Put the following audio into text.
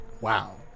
Wow